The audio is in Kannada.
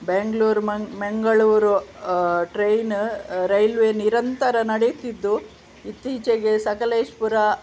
ಬ್ಯಾಂಗ್ಳೂರು ಮಂ ಮಂಗಳೂರು ಟ್ರೈನು ರೈಲ್ವೆ ನಿರಂತರ ನಡಿತಿದ್ದು ಇತ್ತೀಚೆಗೆ ಸಕಲೇಶ್ಪುರ